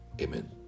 amen